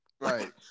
Right